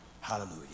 Hallelujah